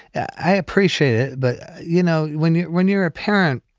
i appreciate it. but, you know, when you when you're a parent